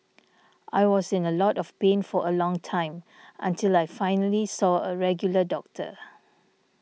I was in a lot of pain for a long time until I finally saw a regular doctor